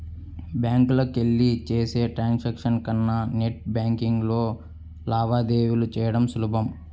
బ్యాంకులకెళ్ళి చేసే ట్రాన్సాక్షన్స్ కన్నా నెట్ బ్యేన్కింగ్లో లావాదేవీలు చెయ్యడం సులభం